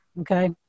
Okay